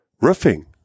roofing